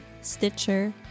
Stitcher